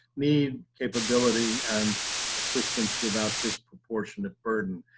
need, capability, and assistance without disproportionate burden.